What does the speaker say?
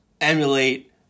emulate